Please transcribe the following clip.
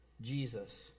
Jesus